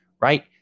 Right